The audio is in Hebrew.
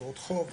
אגרות חוב,